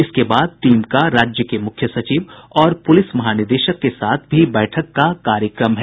इसके बाद टीम का राज्य के मुख्य सचिव और पुलिस महानिदेशक के साथ भी बैठक का कार्यक्रम है